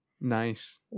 Nice